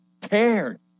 cared